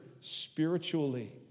spiritually